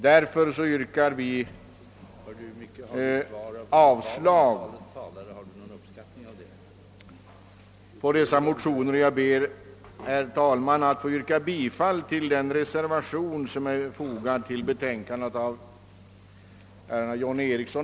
Därför yrkar vi avslag på de väckta motionerna, och jag hemställer om bifall till reservationen.